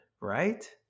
right